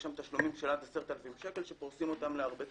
יש שם תשלומים של עד 10,000 שקל שפורסים אותם להרבה תשלומים.